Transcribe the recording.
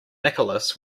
nicholas